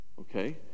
Okay